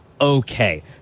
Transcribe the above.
okay